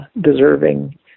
deserving